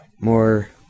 More